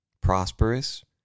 prosperous